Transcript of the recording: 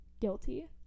guilty